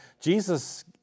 Jesus